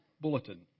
bulletin